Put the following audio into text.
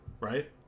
Right